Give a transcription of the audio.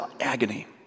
agony